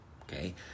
Okay